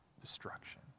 destruction